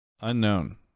Unknown